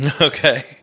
Okay